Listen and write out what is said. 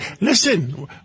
listen